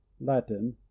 Latin